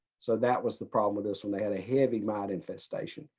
so that was the problem with this one, they had a heavy mite infestation.